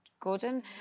Gordon